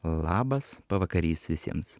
labas pavakarys visiems